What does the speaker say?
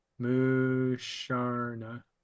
Musharna